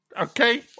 Okay